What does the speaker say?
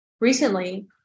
Recently